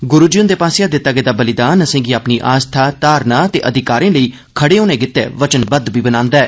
गुरु जी हुंदे पास्सेआ दित्ते गेदा बलिदान असें'गी अपनी आस्था धारणा ते अधिकारें लेई खड़े होने गितै वचनबद्व बनांदा ऐ